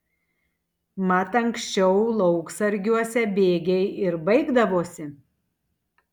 mat anksčiau lauksargiuose bėgiai ir baigdavosi